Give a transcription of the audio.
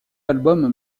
album